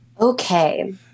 Okay